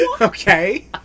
Okay